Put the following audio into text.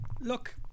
Look